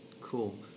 Cool